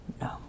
No